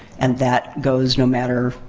and that goes no matter,